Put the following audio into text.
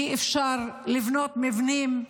אי-אפשר לבנות מבנים מורשים,